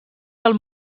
del